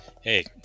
hey